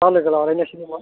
दा लोगो लालायनायसै नामा